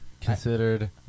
considered